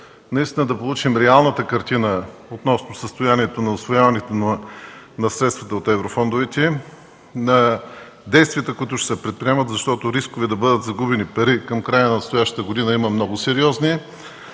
наистина да получим реалната картина относно състоянието на усвояването на средствата от еврофондовете, на действията, които ще се предприемат. Рискове да бъдат загубени пари към края на настоящата година има много сериозни.